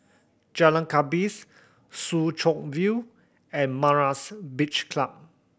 Jalan Gapis Soo Chow View and Myra's Beach Club